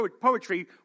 poetry